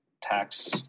tax